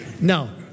No